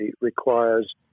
requires